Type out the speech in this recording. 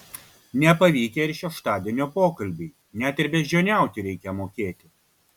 nepavykę ir šeštadienio pokalbiai net ir beždžioniauti reikia mokėti